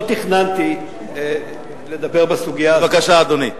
לא תכננתי לדבר בסוגיה הזאת, בבקשה, אדוני.